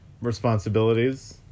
responsibilities